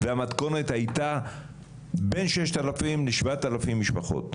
והמתכונת הייתה בין 6000 ל-7000 משפחות.